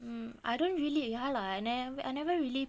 mm I don't really ya lah I I never really